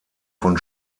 von